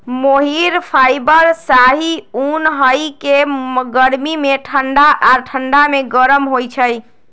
मोहिर fibre शाहि उन हइ के गर्मी में ठण्डा आऽ ठण्डा में गरम होइ छइ